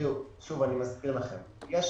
שוב אני מזכיר לכם, יש